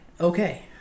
okay